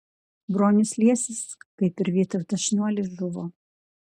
bronius liesis kaip ir vytautas šniuolis žuvo